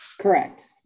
Correct